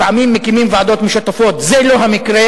לפעמים מקימים ועדות משותפות, זה לא המקרה,